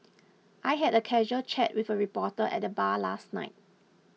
I had a casual chat with a reporter at the bar last night